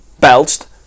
belched